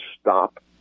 stop